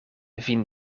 vin